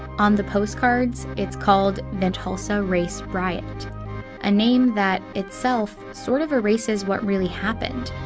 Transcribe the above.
on the postcards, it's called the tulsa race riot a name that, itself, sort of erases what really happened.